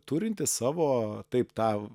turintis savo taip tą